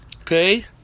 Okay